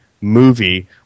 movie